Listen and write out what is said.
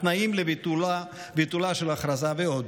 התנאים לביטולה של הכרזה ועוד.